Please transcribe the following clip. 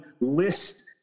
list